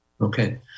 Okay